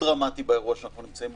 לא, אנחנו לא מתייחסים לדברים שבכנסת.